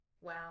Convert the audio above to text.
wow